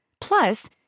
Plus